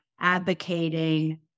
advocating